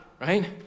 right